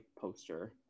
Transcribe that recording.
poster